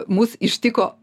mus ištiko